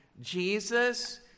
Jesus